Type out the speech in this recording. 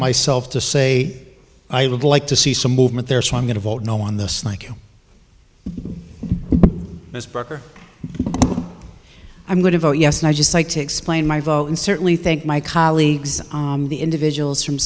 myself to say i would like to see some movement there so i'm going to vote no on this like this book or i'm going to vote yes and i just like to explain my vote and certainly think my colleagues on the individuals from